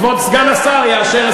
כבוד סגן השר יאשר.